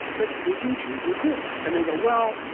but did you achieve your accruals? and they go, well,